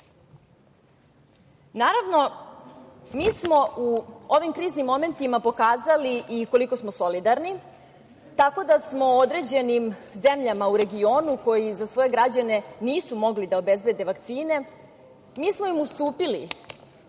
mestu. Naravno, mi smo u ovim kriznim momentima pokazali koliko smo solidarni, tako da smo određenim zemljama u regionu koje za svoje građane nisu mogle da obezbede vakcine, mi smo im ustupili